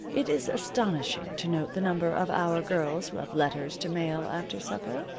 it is astonishing to note the number of our girls who have letters to mail after supper.